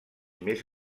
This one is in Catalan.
més